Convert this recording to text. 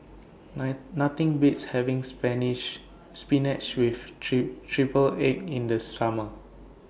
Nothing Beats having Spanish Spinach with Tree Triple Egg in The Summer